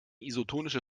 isotonische